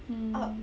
mm